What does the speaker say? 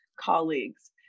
colleagues